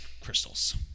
crystals